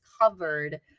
covered